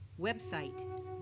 Website